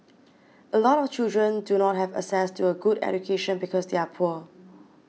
a lot of children do not have access to a good education because they are poor